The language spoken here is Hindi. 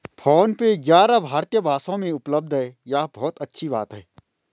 फोन पे ग्यारह भारतीय भाषाओं में उपलब्ध है यह बहुत अच्छी बात है